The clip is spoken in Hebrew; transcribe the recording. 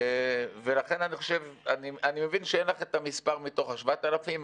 אני מבין שאין לך את המספר מתוך ה-7,000.